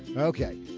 okay.